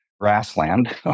grassland